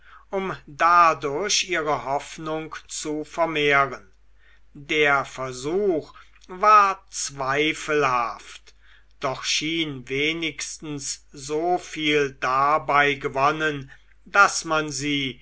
um dadurch ihre hoffnung zu vermehren der versuch war zweifelhaft doch schien wenigstens so viel dabei gewonnen daß man sie